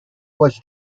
was